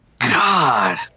God